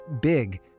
big